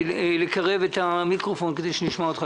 אחרי האסון השני בכרמל, קבעה